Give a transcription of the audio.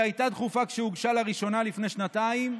היא הייתה דחופה כשהוגשה לראשונה לפני שנתיים,